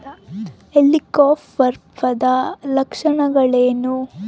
ಹೆಲಿಕೋವರ್ಪದ ಲಕ್ಷಣಗಳೇನು?